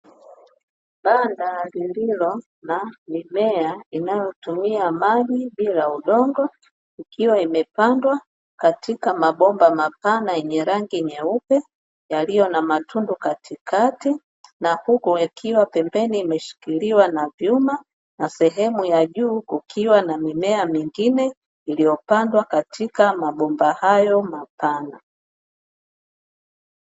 Banda lililo na mimea inayotumia maji bila udongo ikiwa imepandwa katika mabomba yenye rangi nyeupe yaliyo na matundu katikati na huku yakiwa pembeni yameshikiliwa na vyuma, sehemu ya juu kukiwa na mimea mingine iliyopandwa katika mabomba hayo mapana.